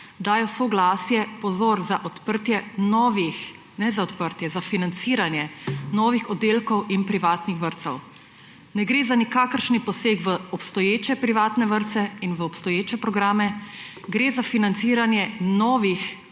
dajo soglasje – pozor – za odprtje novih, ne za odprtje, za financiranje novih oddelkov in privatnih vrtcev. Ne gre za nikakršen poseg v obstoječe privatne vrtce in v obstoječe programe, gre za financiranje novih